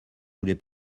voulez